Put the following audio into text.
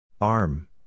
Arm